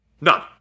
None